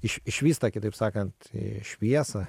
iš išvysta kitaip sakant šviesą